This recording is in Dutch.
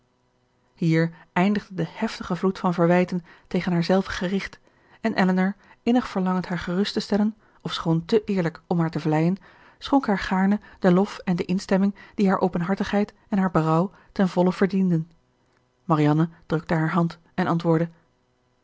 hier eindigde de heftige vloed van verwijten tegen haarzelve gericht en elinor innig verlangend haar gerust te stellen ofschoon te eerlijk om haar te vleien schonk haar gaarne den lof en de instemming die haar openhartigheid en haar berouw ten volle verdienden marianne drukte haar hand en antwoordde